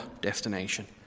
destination